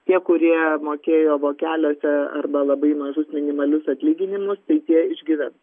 tie kurie mokėjo vokeliuose arba labai mažus minimalius atlyginimus tai tie išgyvens